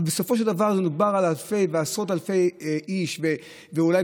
אבל בסופו של דבר מדובר על אלפי ועשרות אלפי איש ואולי